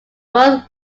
both